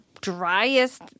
driest